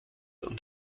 und